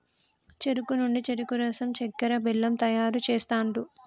చెరుకు నుండి చెరుకు రసం చెక్కర, బెల్లం తయారు చేస్తాండ్లు